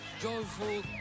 joyful